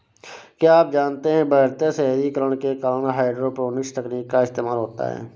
क्या आप जानते है बढ़ते शहरीकरण के कारण हाइड्रोपोनिक्स तकनीक का इस्तेमाल होता है?